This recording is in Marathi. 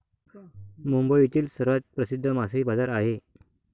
मुंबईतील सर्वात प्रसिद्ध मासळी बाजार आहे